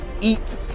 eat